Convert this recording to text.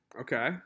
Okay